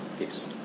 Yes